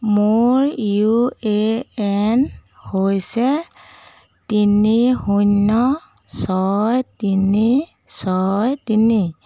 মোৰ U A N হৈছে তিনি শূন্য ছয় তিনি ছয় তিনি